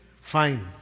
fine